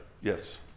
Yes